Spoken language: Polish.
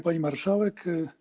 Pani Marszałek!